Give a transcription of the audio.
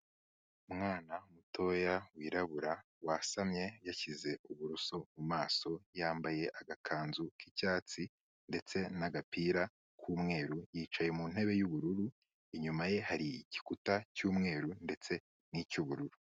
Umwana mutoya wirabura wasamye yashyize uburoso mu maso, yambaye agakanzu k'icyatsi ndetse n'agapira k'umweru, yicaye mu ntebe y'ubururu, inyuma ye hari igikuta cy'umweru ndetse n'icy'ubururu.